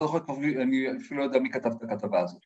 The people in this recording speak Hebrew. ‫אני אפילו לא יודע ‫מי כתב את הכתבה הזאת.